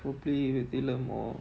probably with இல்ல:illa more